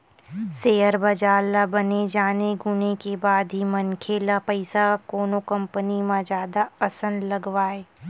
share बजार ल बने जाने गुने के बाद ही मनखे ल पइसा कोनो कंपनी म जादा असन लगवाय